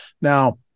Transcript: Now